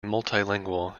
multilingual